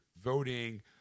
voting